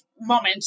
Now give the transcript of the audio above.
moment